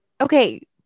Okay